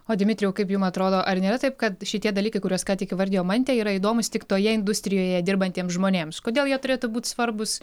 o dimitrijau kaip jum atrodo ar nėra taip kad šitie dalykai kuriuos ką tik įvardijo mantė yra įdomūs tik toje industrijoje dirbantiems žmonėms kodėl jie turėtų būt svarbūs